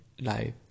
life